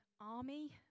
army